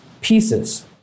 pieces